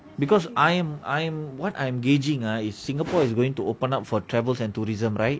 because I am I am what I'm gauging a is singapore is going to open up for travels and tourism right